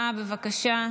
בבקשה.